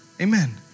Amen